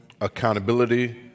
accountability